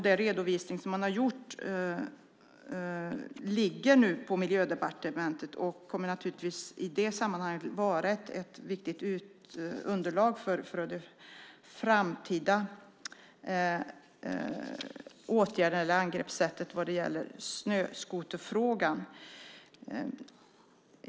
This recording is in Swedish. Den redovisning man har gjort ligger nu på Miljödepartementet och kommer i det sammanhanget att vara ett viktigt underlag för de framtida åtgärderna och angreppssätten vad gäller snöskoterfrågan.